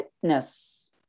fitness